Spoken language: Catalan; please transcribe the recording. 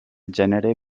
gènere